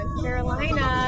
Carolina